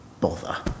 bother